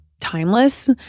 timeless